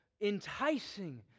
enticing